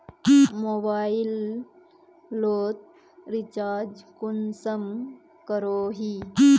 Mobile लोत recharge कुंसम करोही?